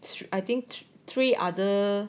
so I think three other